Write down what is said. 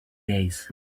days